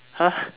!huh!